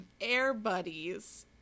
Airbuddies